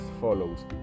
follows